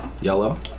Yellow